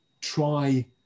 try